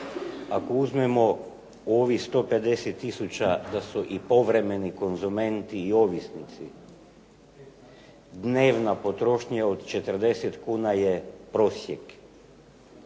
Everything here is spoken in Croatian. ako uzmemo u ovih 150 tisuća da su povremeni konzumenti i ovisnici, dnevna potrošnja od 40 kuna je prosjek,